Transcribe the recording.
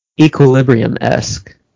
equilibrium-esque